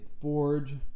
Forge